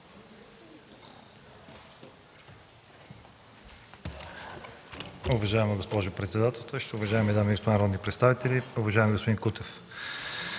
Уважаема госпожо председател, уважаеми дами и господа народни представители! Уважаеми господин Кутев,